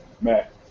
Matt